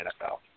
NFL